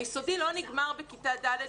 היסודי לא נגמר בכיתה ד',